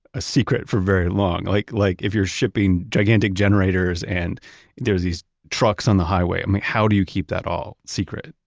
a secret for very long. like like if you're shipping gigantic generators and there's these trucks on the highway, i mean, how do you keep that all secret?